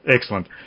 Excellent